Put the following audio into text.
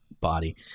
body